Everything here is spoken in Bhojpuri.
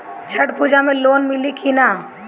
छठ पूजा मे लोन मिली की ना?